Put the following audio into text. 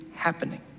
happening